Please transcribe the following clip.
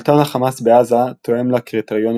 שלטון החמאס בעזה תואם לקריטריונים